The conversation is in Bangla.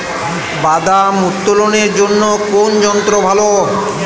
বাদাম উত্তোলনের জন্য কোন যন্ত্র ভালো?